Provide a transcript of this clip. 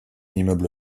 immeuble